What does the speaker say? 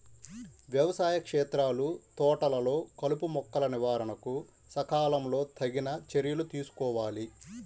వ్యవసాయ క్షేత్రాలు, తోటలలో కలుపుమొక్కల నివారణకు సకాలంలో తగిన చర్యలు తీసుకోవాలి